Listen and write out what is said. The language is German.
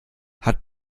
hat